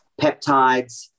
peptides